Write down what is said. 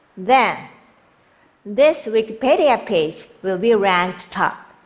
then this wikipedia page will be ranked top.